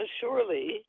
surely